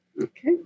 Okay